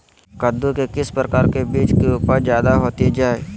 कददु के किस प्रकार का बीज की उपज जायदा होती जय?